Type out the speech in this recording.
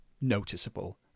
noticeable